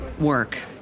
work